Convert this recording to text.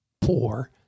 poor